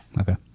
Okay